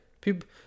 People